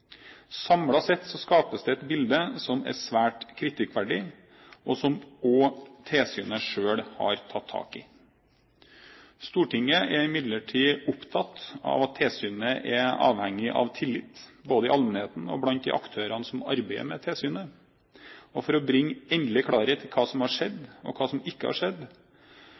sett skapes det et bilde som er svært kritikkverdig, og som tilsynet selv har tatt tak i. Stortinget er imidlertid opptatt av at tilsynet er avhengig av tillit, både i allmennheten og blant de aktørene som arbeider med tilsynet. For å bringe endelig klarhet i hva som har skjedd, og hva som ikke har skjedd,